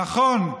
נכון,